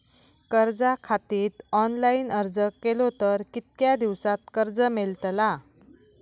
कर्जा खातीत ऑनलाईन अर्ज केलो तर कितक्या दिवसात कर्ज मेलतला?